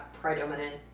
predominant